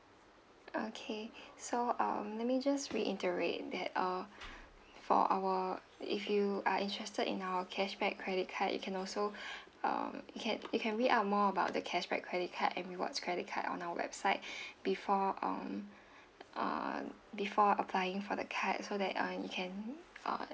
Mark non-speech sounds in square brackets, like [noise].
okay so um let me just reiterate that uh for our if you are interested in our cashback credit you can also [breath] um you can you can read up more about the cashback credit card and rewards credit card on our website [breath] before um uh before applying for the card so that uh you can uh